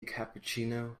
cappuccino